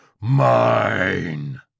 MINE